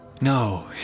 No